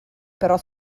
però